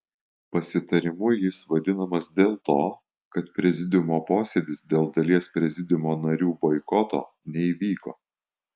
pasitarimu jis vadinamas dėl to kad prezidiumo posėdis dėl dalies prezidiumo narių boikoto neįvyko